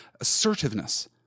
assertiveness